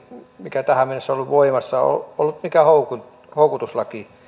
mikä tähän mennessä on ollut voimassa ole ollut mikään houkutuslaki houkutuslaki